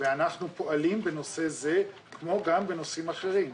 אנחנו פועלים בנושא זה כמו גם בנושאים אחרים.